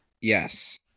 yes